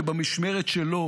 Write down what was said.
ובמשמרת שלו